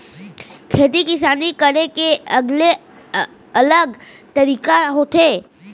खेती किसानी करे के अलगे अलग तरीका होथे